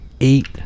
eight